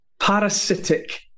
parasitic